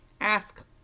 ask